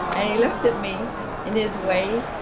and he looked at me in his way,